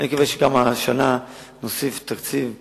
אני מקווה שגם השנה נוסיף תקציב ראוי,